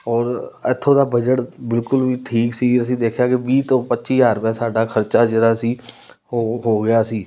ਔਰ ਇੱਥੋਂ ਦਾ ਬਜਟ ਬਿਲਕੁਲ ਵੀ ਠੀਕ ਸੀ ਅਸੀਂ ਦੇਖਿਆ ਕਿ ਵੀਹ ਤੋਂ ਪੱਚੀ ਹਜ਼ਾਰ ਰੁਪਇਆ ਸਾਡਾ ਖਰਚਾ ਜਿਹੜਾ ਸੀ ਉਹ ਹੋ ਗਿਆ ਸੀ